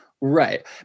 right